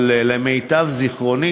למיטב זיכרוני